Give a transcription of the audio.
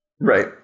right